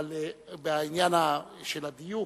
אבל בעניין של הדיוק,